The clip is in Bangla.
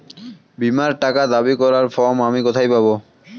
বীমার টাকা দাবি করার ফর্ম আমি কোথায় পাব?